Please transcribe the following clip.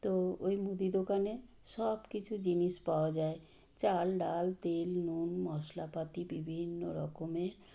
তো ওই মুদি দোকানে সব কিছু জিনিস পাওয়া যায় চাল ডাল তেল নুন মশলাপাতি বিভিন্ন রকমের